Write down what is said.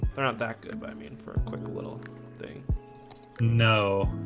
they're not that good but i mean for a quick little thing no,